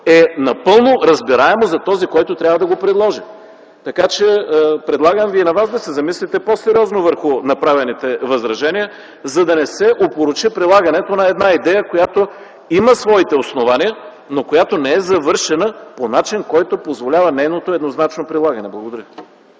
е напълно разбираемо за този, който трябва да го предложи. Така че предлагам и на вас да се замислите по-сериозно върху направените възражения, за да не се опорочи и прилагането на една идея, която има своите основания, но която не е завършена по начин, позволяващ нейното еднозначно прилагане. Благодаря.